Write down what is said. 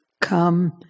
come